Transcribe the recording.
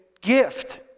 gift